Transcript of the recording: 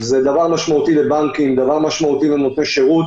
זה דבר משמעותי לבנקים, דבר משמעותי לנותני שירות